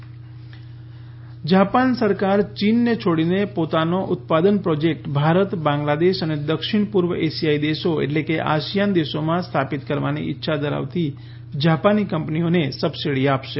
જા પાન જાપાન સરકાર ચીનને છોડીને પોતાનો ઉત્પાદન પ્રોજેક્ટ ભારત બાંગ્લાદેશ અને દક્ષિણ પૂર્વ એશિયાઇ દેશો એટલે કે આસિયાન દેશોમાં સ્થાપિત કરવાની ઇચ્છા ધરાવતી જાપાની કંપનીઓને સબસીડી આપશે